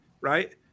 right